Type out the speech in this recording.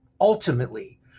Ultimately